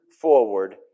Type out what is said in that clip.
forward